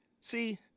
See